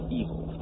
evil